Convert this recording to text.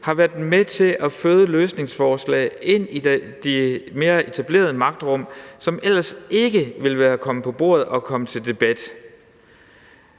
har været med til at føde løsningsforslag ind i de mere etablerede magtrum, som ellers ikke ville være kommet på bordet og kommet til debat.